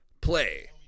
play